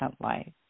life